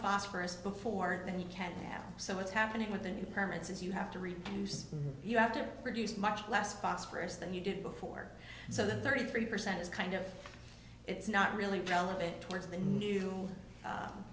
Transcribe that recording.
phosphorus before than you can now so what's happening with the new permits is you have to reduce you have to produce much last phosphorus than you did before so the thirty three percent is kind of it's not really relevant towards the new